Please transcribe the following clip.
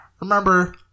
remember